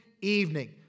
evening